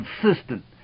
consistent